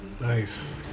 Nice